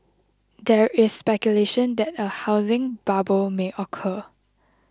there is speculation that a housing bubble may occur